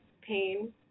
pain